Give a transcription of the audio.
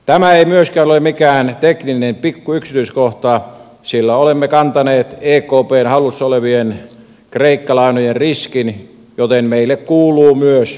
tämä ei myöskään ole mikään tekninen pikku yksityiskohta sillä olemme kantaneet ekpn hallussa olevien kreikka lainojen riskin joten meille kuuluu myös tuotto